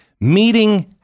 meeting